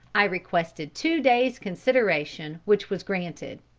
i requested two days' consideration which was granted.